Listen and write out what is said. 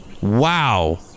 wow